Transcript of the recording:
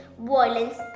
violence